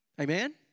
Amen